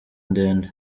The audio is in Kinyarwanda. ndende